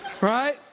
Right